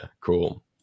cool